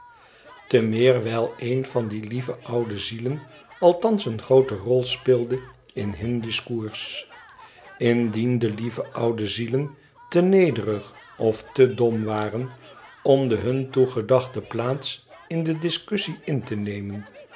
te meer wijl een van die lieve oude zielen althans eene groote rol speelde ip hun discours indien de lieve oude zielen te nederig of te dom waren om de hun toegedachte plaats in de discussie in te nemen